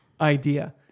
idea